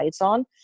on